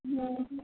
હમ્મ